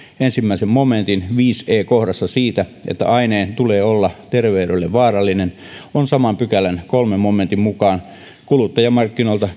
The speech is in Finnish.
ensimmäisen momentin viisi e kohdassa siitä että aineen tulee olla terveydelle vaarallinen on saman pykälän kolmannen momentin mukaan kuluttajamarkkinoilta